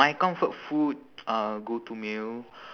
my comfort food uh go to meal